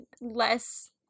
less